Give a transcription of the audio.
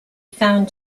found